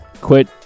quit